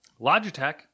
Logitech